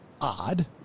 odd